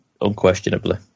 unquestionably